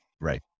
Right